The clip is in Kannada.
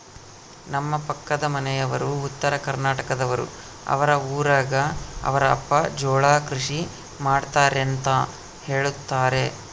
ನಮ್ಮ ಪಕ್ಕದ ಮನೆಯವರು ಉತ್ತರಕರ್ನಾಟಕದವರು, ಅವರ ಊರಗ ಅವರ ಅಪ್ಪ ಜೋಳ ಕೃಷಿ ಮಾಡ್ತಾರೆಂತ ಹೇಳುತ್ತಾರೆ